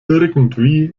irgendwie